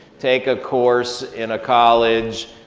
take a course in a college.